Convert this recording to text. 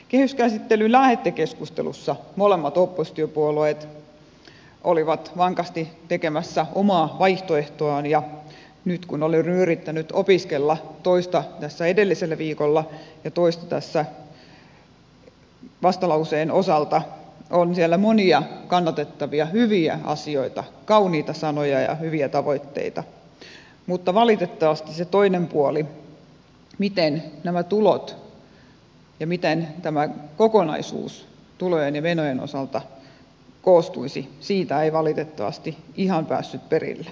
kehyskäsittelyn lähetekeskustelussa molemmat oppositiopuolueet olivat vankasti tekemässä omaa vaihtoehtoaan ja nyt kun olen yrittänyt opiskella toista tässä edellisellä viikolla ja toista tässä vastalauseen osalta on siellä monia kannatettavia hyviä asioita kauniita sanoja ja hyviä tavoitteita mutta valitettavasti siitä toisesta puolesta miten nämä tulot ja miten tämä kokonaisuus tulojen ja menojen osalta koostuisi ei ihan päässyt perille